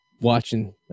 watching